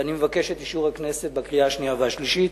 ואני מבקש את אישור הכנסת בקריאה שנייה ושלישית.